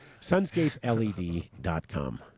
SunscapeLED.com